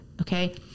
okay